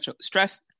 stress